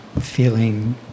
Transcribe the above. feeling